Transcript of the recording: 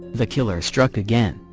the killer struck again,